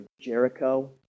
Jericho